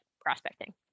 prospecting